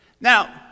Now